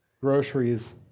groceries